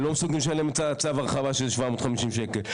הם לא מסוגלים לשלם את צו ההרחבה של 750 שקל,